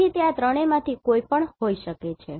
તેથી તે આ ત્રણમાંથી કોઈપણ હોઈ શકે છે